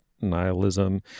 nihilism